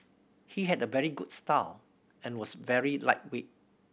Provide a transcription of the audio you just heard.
he had a very good style and was very lightweight